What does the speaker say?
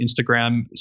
Instagram